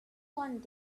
one